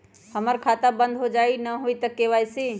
हमर खाता बंद होजाई न हुई त के.वाई.सी?